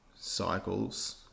cycles